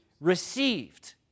Received